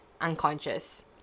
unconscious